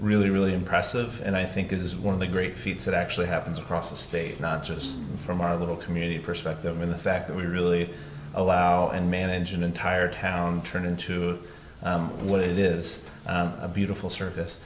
really really impressive and i think is one of the great feats that actually happens across the state not just from our little community perspective in the fact that we really allow and manage an entire town turned into what it is a beautiful s